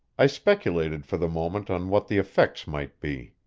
i speculated for the moment on what the effects might be.